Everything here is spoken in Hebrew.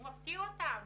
הוא מפקיר אותם.